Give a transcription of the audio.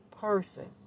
person